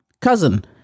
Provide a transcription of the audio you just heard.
Cousin